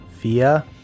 Fia